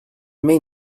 may